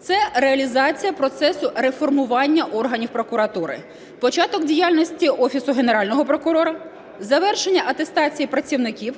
Це реалізація процесу реформування органів прокуратури, початок діяльності Офісу Генерального прокурора, завершення атестації працівників,